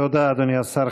תודה, אדוני השר.